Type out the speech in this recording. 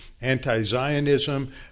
anti-Zionism